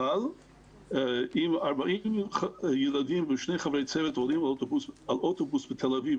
אבל אם 40 ילדים ושני חברי צוות עולים על אוטובוס בתל אביב,